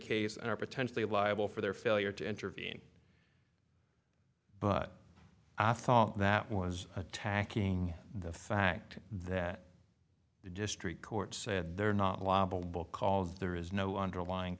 case and are potentially liable for their failure to intervene but i thought that was attacking the fact that the district court said they're not liable because there is no underlying